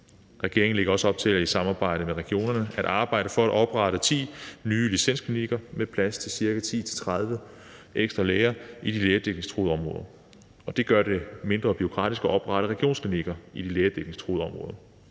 Regeringen lægger også op til i samarbejde med regionerne at arbejde for at oprette 10 nye licensklinikker med plads til ca. 10 til 30 ekstra læger i de lægedækningstruede områder, og det gør det mindre bureaukratisk at oprette regionsklinikker i de lægedækningstruede områder.